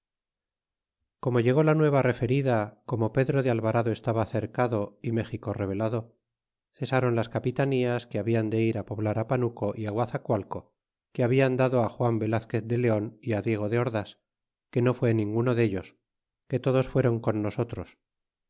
como llegó la nueva referida como pedro de alvarado estaba cercado y méxico rebelado cesaron las capitanías que hablan de ir poblar panuco y guazacualco que hablan dado juan velazquez de leon y diego de ordas que no fué ninguno dellos que todos fuéron con nosotros